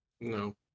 No